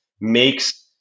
makes